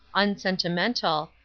unsentimental,